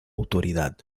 autoridad